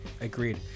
agreed